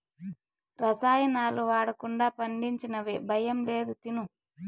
రసాయనాలు వాడకుండా పండించినవి భయం లేదు తిను